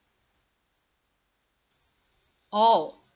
oh